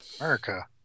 America